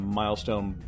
milestone